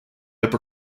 upper